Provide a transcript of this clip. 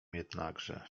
jednakże